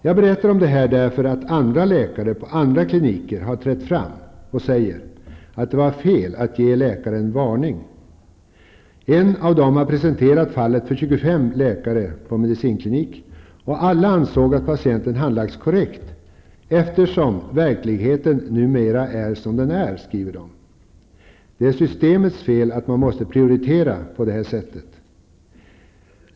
Jag berättar om detta därför att andra läkare på andra kliniker har trätt fram och sagt att det var fel att ge läkaren varning. En av dem har presenterat fallet för 25 läkare på en medicinklinik, och alla ansåg att patientärendet handlagts korrekt -- eftersom verkligheten numera är som den är, skriver de. Det är systemets fel att man måste prioritera på detta sätt.